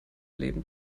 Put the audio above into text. leben